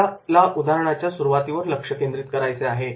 आपल्याला उदाहरणाच्या सुरुवातीवर लक्ष केंद्रित करायचे आहे